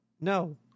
No